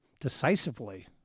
decisively